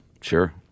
Sure